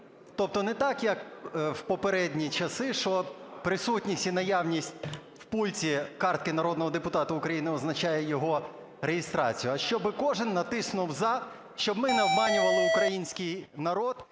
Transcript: Тобто не так, як в попередні часи, що присутність і наявність в пульті картки народного депутата України означає його реєстрацію, а щоб кожен натиснув "за", щоб ми не обманювали український народ